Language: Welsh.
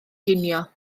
ginio